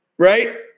Right